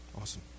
Awesome